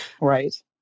Right